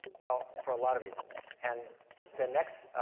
well, for a lotta reasons. and the next